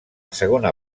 segona